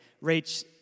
reach